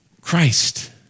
Christ